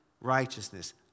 righteousness